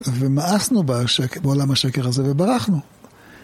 ומאסנו בעולם השקר הזה וברחנו.